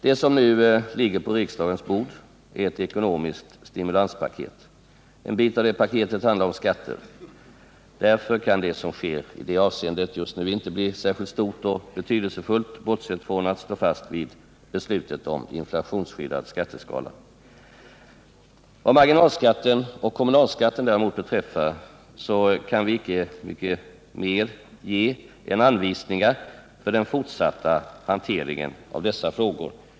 Det som nu ligger på riksdagens bord är ett ekonomiskt stimulanspaket. En bit av det paketet handlar om skatter. Därför kan det som sker i det avseendet inte bli särskilt stort och betydelsefullt, bortsett från att vi bör stå fast vid beslutet om inflationsskyddad skatteskala. Vad däremot marginalskatten och kommunalskatten beträffar, kan vi inte mycket mer än ge anvisningar för den fortsatta hanteringen av dessa frågor.